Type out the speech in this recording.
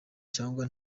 cyangwa